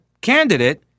candidate